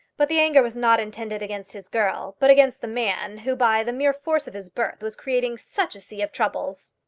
but the anger was not intended against his girl, but against the man who by the mere force of his birth was creating such a sea of troubles.